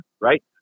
right